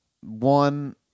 One